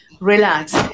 relax